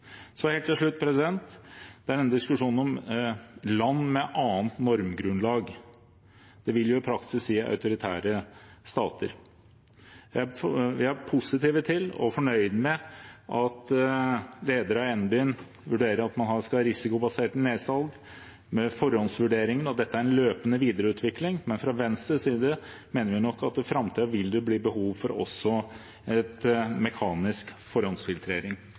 Helt til slutt om diskusjonen om land med et annet normgrunnlag, som i praksis vil si autoritære stater: Vi er positive til og fornøyde med at lederen av NBIM vurderer det slik at man skal ha risikobaserte nedsalg med forhåndsvurderinger, og dette skal fortløpende videreutvikles. Men fra Venstres side mener vi nok at det i framtiden også vil bli behov for mekanisk forhåndsfiltrering